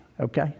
okay